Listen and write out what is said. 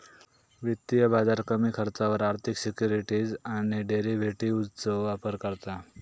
वित्तीय बाजार कमी खर्चावर आर्थिक सिक्युरिटीज आणि डेरिव्हेटिवजचो व्यापार करता